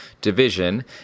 division